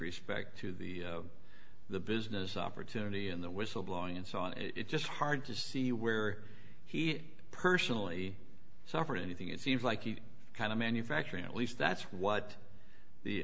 respect to the the business opportunity in the whistleblowing and saw it just hard to see where he personally suffered anything it seems like he kind of manufacturing at least that's what the